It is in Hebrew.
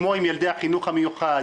כמו עם ילדי החינוך המיוחד,